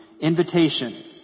invitation